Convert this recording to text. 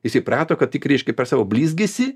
jis įprato kad tik reiškia per savo blizgesį